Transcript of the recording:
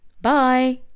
Bye